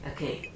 Okay